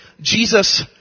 Jesus